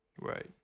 right